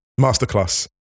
Masterclass